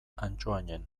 antsoainen